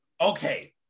Okay